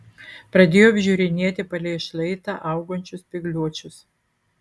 pradėjo apžiūrinėti palei šlaitą augančius spygliuočius